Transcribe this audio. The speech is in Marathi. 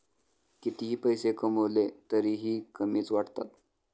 कितीही पैसे कमावले तरीही कमीच वाटतात